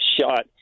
shot